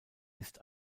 ist